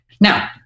Now